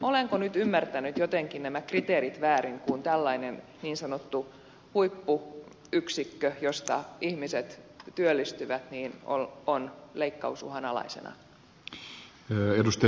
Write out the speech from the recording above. olenko nyt ymmärtänyt jotenkin nämä kriteerit väärin kun tällainen niin sanottu huippuyksikkö josta ihmiset työllistyvät on leikkausuhan alaisena